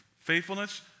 faithfulness